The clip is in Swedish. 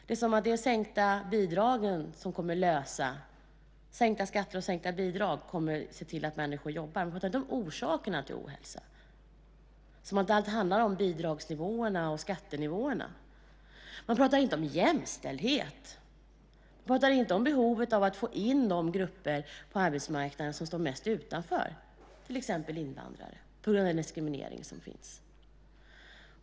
Det är som om sänkta skatter och sänkta bidrag kommer att se till att människor jobbar. Man pratar alltså inte om orsakerna, utan det verkar som om allt handlar om bidragsnivåerna och skattenivåerna. Man pratar inte om jämställdhet. Man pratar inte om behovet av att få in de grupper på arbetsmarknaden som står mest utanför, till exempel invandrare, på grund av den diskriminering som finns.